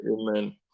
Amen